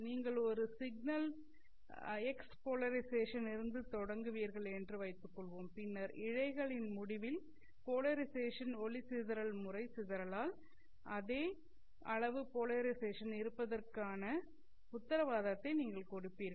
நீங்கள் ஒரு signal x polarisation இருந்து தொடங்குவீர்கள் என்று வைத்துக்கொள்வோம் பின்னர் இழைகளின் முடிவில் போலரைசேஷன் ஒளி சிதறல் முறை சிதறலால் அதே அளவு போலரைசேஷன் இருப்பதற்கான உத்தரவாதத்தை நீங்கள் கொடுப்பீர்கள்